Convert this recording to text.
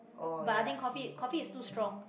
but I think coffee coffee is too strong